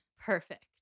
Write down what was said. Perfect